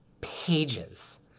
pages